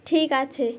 ঠিক আছে